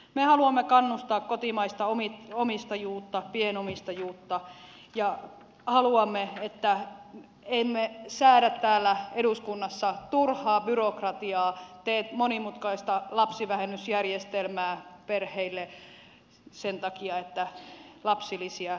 me haluamme kannustaa kotimaista omistajuutta pienomistajuutta ja haluamme että emme säädä täällä eduskunnassa turhaa byrokratiaa tee monimutkaista lapsivähennysjärjestelmää perheille sen takia että lapsilisiä leikataan